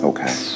Okay